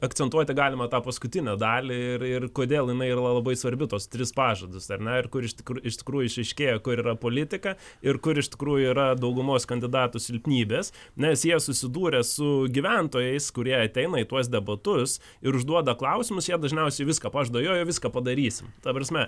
akcentuoti galima tą paskutinę dalį ir ir kodėl jinai yra labai svarbi tuos tris pažadus ar ne ir kur iš tikrų iš tikrųjų išryškėja kur yra politika ir kur iš tikrųjų yra daugumos kandidatų silpnybės nes jie susidūrę su gyventojais kurie ateina į tuos debatus ir užduoda klausimus jie dažniausiai viską pažada jo jo viską padarysim ta prasme